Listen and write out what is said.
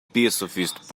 pacifist